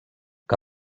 que